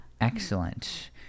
Excellent